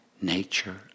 Nature